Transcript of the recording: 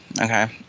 okay